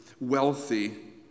wealthy